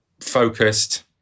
focused